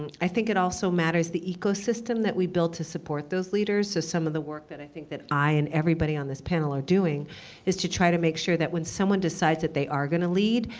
and i think it also matters the ecosystem that we build to support those leaders. so some of the work that i think that i and everybody on this panel are doing is to try to make sure that when someone decides that they are going to lead,